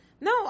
no